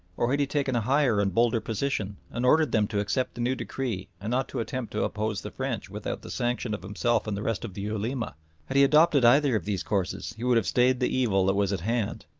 or had he taken a higher and bolder position and ordered them to accept the new decree and not to attempt to oppose the french without the sanction of himself and the rest of the ulema had he adopted either of these courses he would have stayed the evil that was at hand,